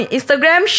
Instagram